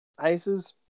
Aces